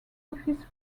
office